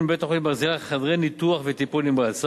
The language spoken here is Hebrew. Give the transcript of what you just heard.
בבית-החולים "ברזילי" חדרי ניתוח וטיפול נמרץ.